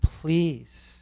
please